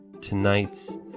tonight's